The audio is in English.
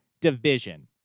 division